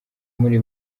muri